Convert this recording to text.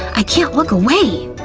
i can't look away!